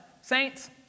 Saints